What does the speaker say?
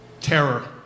terror